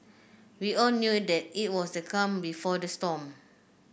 we all knew that it was the calm before the storm